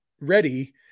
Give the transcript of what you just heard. ready